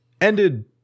ended